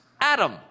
Adam